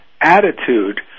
attitude